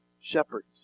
shepherds